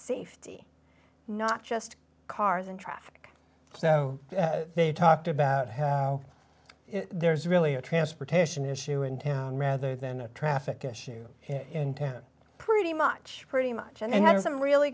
safety not just cars and traffic so they talked about how there's really a transportation issue in town rather than a traffic issue in town pretty much pretty much and i did some really